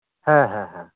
ᱦᱮᱸ ᱦᱮᱸ ᱦᱮᱸ